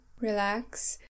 relax